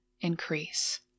increase